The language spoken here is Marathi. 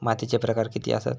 मातीचे प्रकार किती आसत?